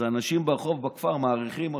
אז האנשים ברחוב, בכפר, מעריכים אותו,